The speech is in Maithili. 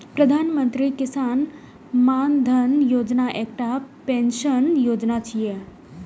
प्रधानमंत्री किसान मानधन योजना एकटा पेंशन योजना छियै